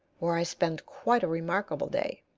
where i spend quite a remarkable day.